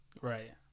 Right